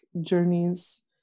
journeys